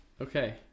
Okay